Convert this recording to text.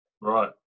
Right